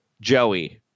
Joey